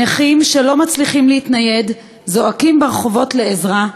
נכים שלא מצליחים להתנייד זועקים ברחובות לעזרה,